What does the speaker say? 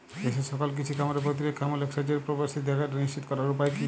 দেশের সকল কৃষি খামারে প্রতিরক্ষামূলক সেচের প্রবেশাধিকার নিশ্চিত করার উপায় কি?